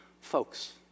Folks